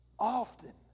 Often